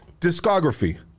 discography